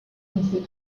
institute